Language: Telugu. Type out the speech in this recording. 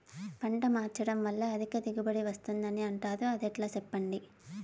పంట మార్చడం వల్ల అధిక దిగుబడి వస్తుందని అంటారు అది ఎట్లా సెప్పండి